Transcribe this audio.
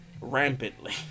rampantly